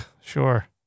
Sure